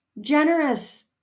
Generous